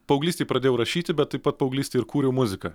paauglystėj pradėjau rašyti bet taip pat paauglystėj ir kūriau muziką